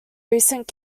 recent